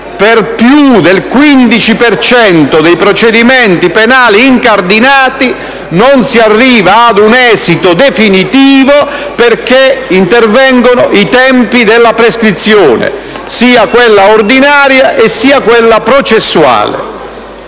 per più del 15 per cento dei procedimenti penali incardinati non si arriva ad un esito definitivo perché intervengono i tempi della prescrizione, sia ordinaria che processuale.